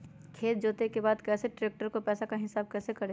खेत जोते के बाद कैसे ट्रैक्टर के पैसा का हिसाब कैसे करें?